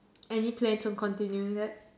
any plans on continuing that